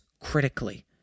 critically